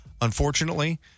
unfortunately